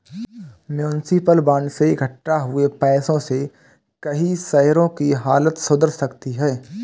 municipal bond से इक्कठा हुए पैसों से कई शहरों की हालत सुधर सकती है